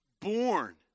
born